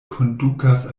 kondukas